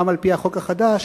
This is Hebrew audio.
גם על-פי החוק החדש,